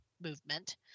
movement